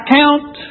count